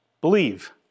believe